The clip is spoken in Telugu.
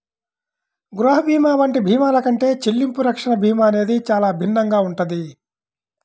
గృహ భీమా వంటి భీమాల కంటే చెల్లింపు రక్షణ భీమా అనేది చానా భిన్నంగా ఉంటది